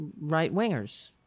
right-wingers